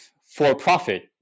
for-profit